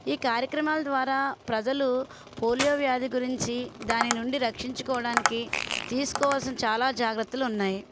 ఈ కార్యక్రమాల ద్వారా ప్రజలు పోలియో వ్యాధి గురించి దాని నుండి రక్షించుకోడానికి తీసుకోవల్సిన చాలా జాగ్రత్తలు ఉన్నాయి